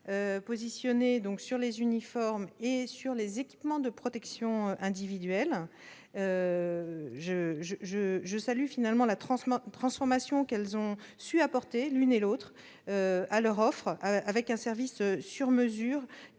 positionnées respectivement sur les uniformes et les équipements de protection individuelle. Je salue la transformation qu'elles ont su apporter, l'une et l'autre, à leur offre, avec un service sur mesure